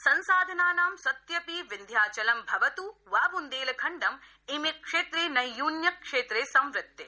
संसाधनानां सत्यपि विन्ध्याचलं भवतु वा बुन्देलखण्डं इमे क्षेत्रे नैयून्य क्षेत्रे सम्वृत्ते